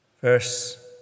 verse